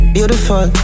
Beautiful